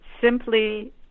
simply